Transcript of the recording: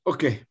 Okay